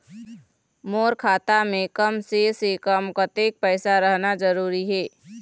मोर खाता मे कम से से कम कतेक पैसा रहना जरूरी हे?